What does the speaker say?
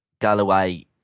Galloway